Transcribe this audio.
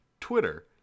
Twitter